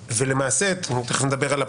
ולמעשה מיד נדבר על הפרטים,